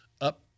up